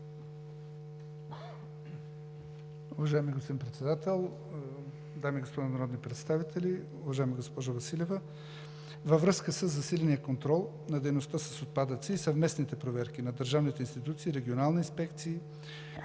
Уважаеми господин Председател, дами и господа народни представители, уважаема госпожо Василева! Във връзка със засиления контрол на дейността с отпадъци и съвместните проверки на държавните институции, регионални инспекции,